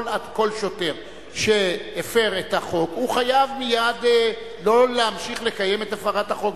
כל שוטר שהפר את החוק חייב מייד שלא להמשיך לקיים את הפרת החוק.